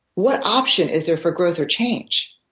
what option is there for growth or change?